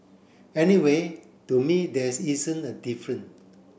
anyway to me there's isn't a different